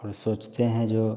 और सोचते हैं जो